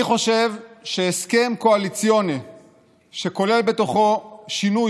אני חושב שהסכם קואליציוני שכולל בתוכו שינוי